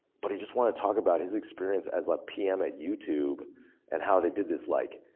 but he just wanted to talk about his experience as a pm at youtube and how they did this like